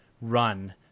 run